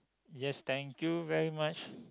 yes thank you very much